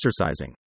exercising